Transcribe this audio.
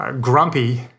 grumpy